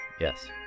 yes